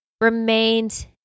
remains